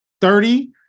thirty